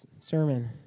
sermon